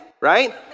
right